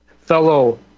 fellow